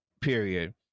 period